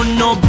no